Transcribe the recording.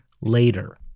later